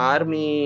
Army